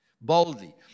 boldly